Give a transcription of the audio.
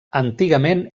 antigament